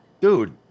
Dude